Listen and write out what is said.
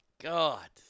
God